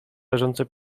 leżące